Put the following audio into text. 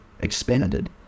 expanded